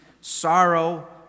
Sorrow